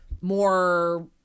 more